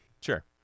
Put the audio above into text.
sure